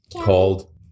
called